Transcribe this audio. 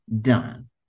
done